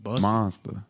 monster